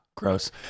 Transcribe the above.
gross